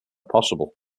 possible